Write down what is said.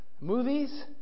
Movies